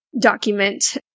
document